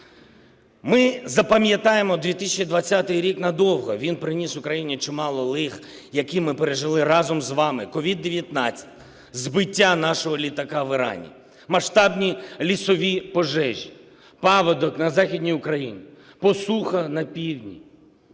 Ми запам'ятаємо 2020 рік надовго, він приніс Україні чимало лих, які ми пережили разом з вами: COVID-19, збиття нашого літака в Ірані, масштабні лісові пожежі, паводок на Західній Україні, посуха на півдні,